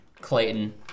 Clayton